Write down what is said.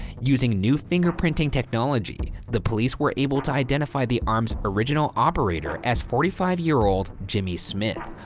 using new fingerprinting technology, the police were able to identify the arm's original operator, as forty five year old jimmy smith.